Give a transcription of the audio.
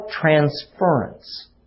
transference